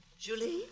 Julie